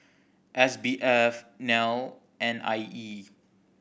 S B F NEL and I E